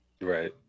right